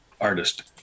artist